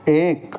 एक